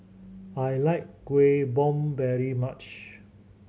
I like Kuih Bom very much